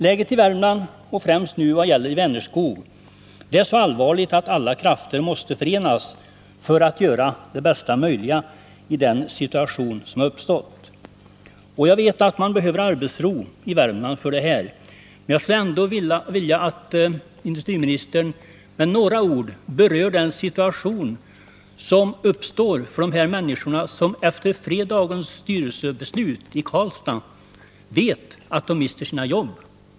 Läget i Värmland och nu främst vid Vänerskog är så allvarligt att alla krafter måste förenas för att göra det bästa möjliga av situationen. Jag vet att man behöver arbetsro i Värmland. Jag skulle ändå vilja att industriministern med några ord berör situationen för de människor som efter fredagens styrelsebeslut i Karlstad vet att de mister sina jobb.